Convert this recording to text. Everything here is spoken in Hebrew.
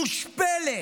מושפלת,